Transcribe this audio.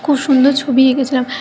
খুব সুন্দর ছবি এঁকেছিলাম